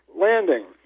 landing